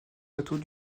plateaux